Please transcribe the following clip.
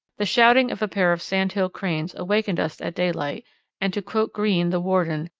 the shouting of a pair of sandhill cranes awakened us at daylight and, to quote greene, the warden,